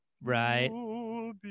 Right